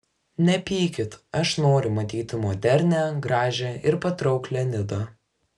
nepykit aš noriu matyti modernią gražią ir patrauklią nidą